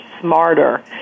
smarter